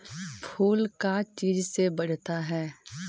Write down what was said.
फूल का चीज से बढ़ता है?